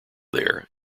there